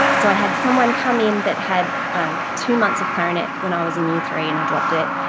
so i had someone come in that had ah two months of clarinet when i was in year three and i dropped it,